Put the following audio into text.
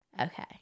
okay